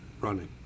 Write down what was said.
Running